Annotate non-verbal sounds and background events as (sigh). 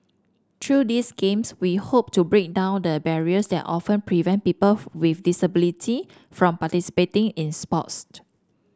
through these games we hope to break down the barriers that often prevent people with disability from participating in (unintelligible)